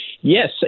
Yes